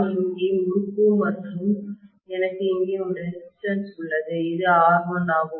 நான் இங்கே முறுக்கு மற்றும் எனக்கு இங்கே ஒரு ரெசிஸ்டன்ஸ் உள்ளது இது R1 ஆகும்